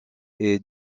est